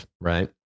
right